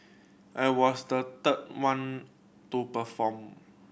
I was the third one to perform